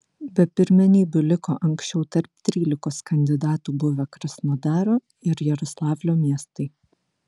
be pirmenybių liko anksčiau tarp trylikos kandidatų buvę krasnodaro ir jaroslavlio miestai